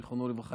זיכרונו לברכה,